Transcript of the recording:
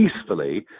peacefully